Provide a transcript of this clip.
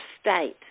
state